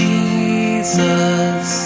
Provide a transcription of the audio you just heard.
Jesus